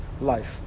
life